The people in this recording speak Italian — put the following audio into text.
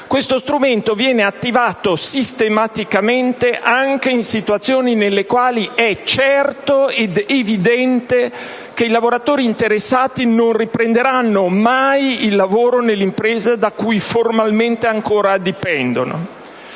questo strumento viene attivato sistematicamente anche in situazioni nelle quali è certo ed evidente che i lavoratori interessati non riprenderanno mai a lavorare nelle imprese da cui formalmente ancora dipendono.